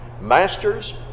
masters